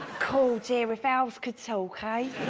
cold yeah air if owls could so okay